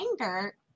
anger